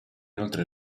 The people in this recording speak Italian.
inoltre